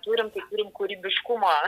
turim tai turim kūrybiškumo